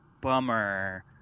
bummer